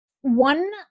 one